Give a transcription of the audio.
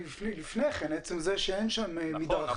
לפני כן, עצם זה שאין שם מדרכה.